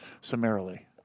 summarily